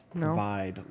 provide